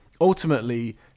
Ultimately